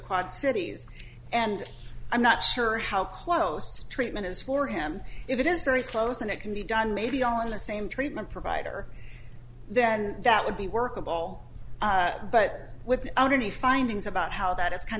quad cities and i'm not sure how close treatment is for him it is very close and it can be done maybe on the same treatment provider then that would be workable but without any findings about how that it's kind